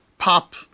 Pop